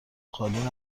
خالی